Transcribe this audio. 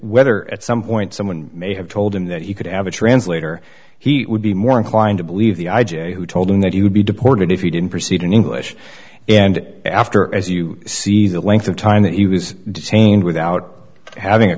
whether at some point someone may have told him that he could have a translator he would be more inclined to believe the i j a who told him that he would be deported if he didn't proceed in english and after as you see the length of time that he was detained without having a